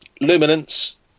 Luminance